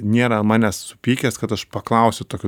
nėra ant manęs supykęs kad aš paklausiu tokių